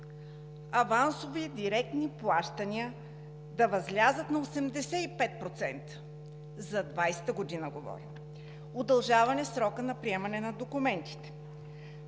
авансови директни плащания да възлязат на 85%, за 2020 г. говорим; удължаване на срока на приемане на документите;